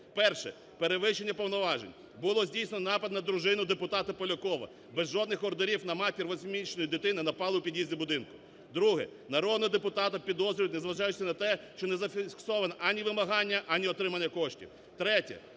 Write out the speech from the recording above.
Перше. Перевищення повноважень, було здійснено напад на дружину депутата Полякова, без жодних ордерів, на матір восьмирічної дитини напали у під'їзді будинку. Друге. Народного депутата підозрюють незважаючи на те, що не зафіксовано, ані вимагання, ані отримання коштів.